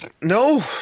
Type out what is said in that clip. No